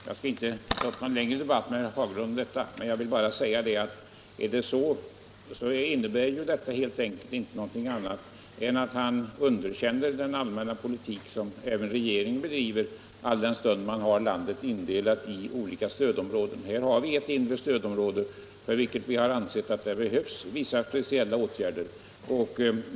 Jag skall inte ta upp någon längre debatt med herr Fagerlund om den saken utan vill bara säga att vad herr Fagerlund anförde innebär ju ett underkännande av den allmänna politik som också regeringen bedriver i och med att landet har indelats i olika stödområden. Vi har här ett inre stödområde, där vi anser att vissa speciella åtgärder behöver vidtas.